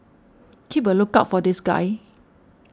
keep a lookout for this guy